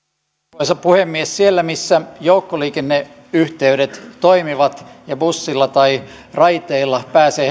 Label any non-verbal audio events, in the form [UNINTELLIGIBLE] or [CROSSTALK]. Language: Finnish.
arvoisa puhemies siellä missä joukkoliikenneyhteydet toimivat ja bussilla tai raiteilla pääsee [UNINTELLIGIBLE]